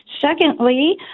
Secondly